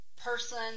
person